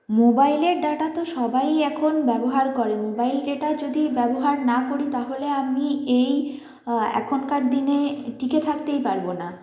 মোবাইলের ডাটা তো সবাই এখন ব্যবহার করেন মোবাইল ডেটা যদি ব্যবহার না করি তাহলে আমি এই এখনকার দিনে টিকে থাকতেই পারবো না